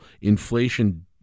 inflation